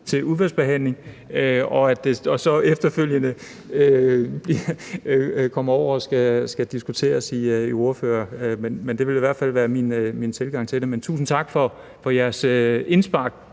til udvalgsbehandling og så efterfølgende kommer til diskussion i ordførerkredsen, men det vil i hvert fald være min tilgang til det. Tusind tak for jeres indspark.